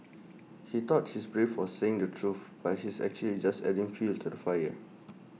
he thought he's brave for saying the truth but he's actually just adding fuel to the fire